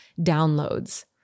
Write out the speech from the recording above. downloads